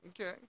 Okay